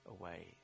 away